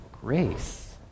grace